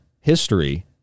history